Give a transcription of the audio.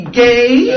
gay